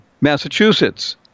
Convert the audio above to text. Massachusetts